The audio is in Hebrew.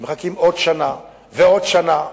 והם מחכים עוד שנה ועוד שנה,